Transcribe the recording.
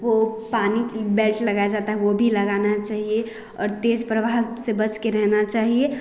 वो पानी के बेल्ट लगाना जाता है वो भी लगाना चाहिए और तेज प्रवाह से बच के रहना चाहिए